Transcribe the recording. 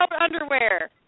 underwear